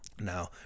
Now